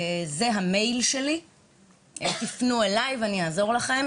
שנפנה אליה במייל והיא תעזור לנו.